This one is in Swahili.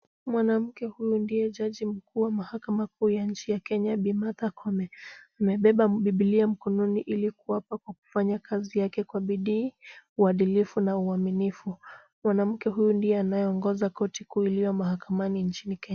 Mwanamke huyo ndiye jaji mkuu wa mahakama kuu ya nchi ya Kenya Bi Martha Koome. Amebeba bibilia mkononi ili kuapa kwa kufanya kazi yake kwa bidii, uadilifu, na uaminifu. Mwanamke huyu ndiye anayeongoza koti kuu iliyo mahakamani nchini Kenya.